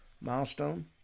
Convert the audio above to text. milestone